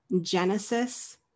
Genesis